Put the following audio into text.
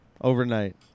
Overnight